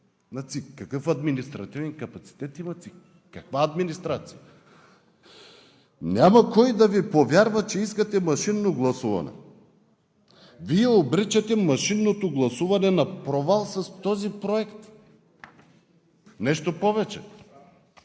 Какъв административен капацитет има ЦИК? Каква администрация? Няма кой да Ви повярва, че искате машинно гласуване. Вие обричате машинното гласуване на провал с този проект! Нещо повече,